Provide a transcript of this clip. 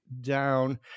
down